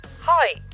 Hi